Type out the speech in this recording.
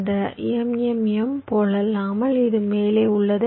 இந்த MMM போலல்லாமல் இது மேலே உள்ளது